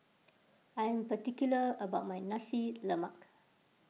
I am particular about my Nasi Lemak